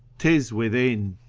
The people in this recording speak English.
tis within